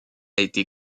été